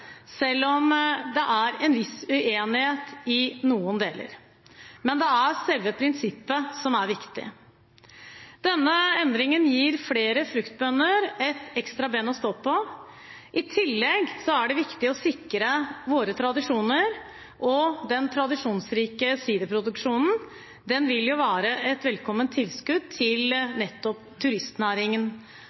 selv om det er en viss uenighet i noen deler. Men det er selve prinsippet som er viktig. Denne endringen gir flere fruktbønder et ekstra ben å stå på. I tillegg er det viktig å sikre våre tradisjoner, og den tradisjonsrike siderproduksjonen vil være et velkomment tilskudd til nettopp turistnæringen.